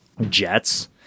Jets